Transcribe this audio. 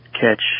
catch